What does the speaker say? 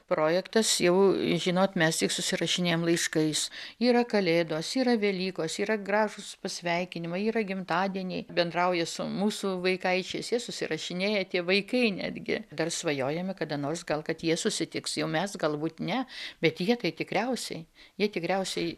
projektas jau žinot mes tik susirašinėjam laiškais yra kalėdos yra velykos yra gražūs pasveikinimai yra gimtadieniai bendrauja su mūsų vaikaičiais jie susirašinėja tie vaikai netgi dar svajojame kada nors gal kad jie susitiks jau mes galbūt ne bet jie tai tikriausiai jie tikriausiai